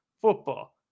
football